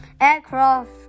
aircraft